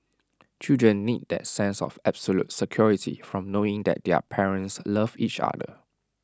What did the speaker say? children need that sense of absolute security from knowing that their parents love each other